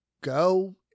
go